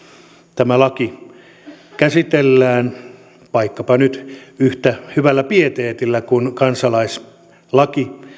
tämä laki käsitellään vaikkapa nyt yhtä hyvällä pieteetillä kuin kansalaisaloite